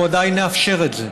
אנחנו עדיין נאפשר את זה,